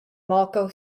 malco